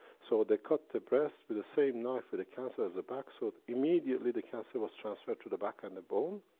so they cut the breast with the same knife with the cancer as the back. so, immediately the cancer was transferred to the back and the bone.